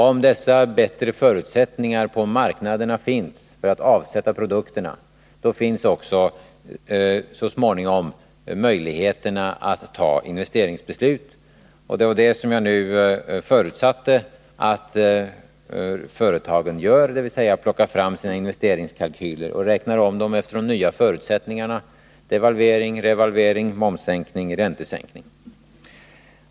Om dessa bättre förutsättningar för att avsätta produkterna på marknaden finns, då får man också så småningom möjligheter att fatta investeringsbeslut. Det var det som jag förutsatte att företagen nu gör, dvs. plockar fram sina investeringskalkyler och räknar om dem efter de nya förutsättningarna: devalvering, revalvering, momssänkning, räntesänkning.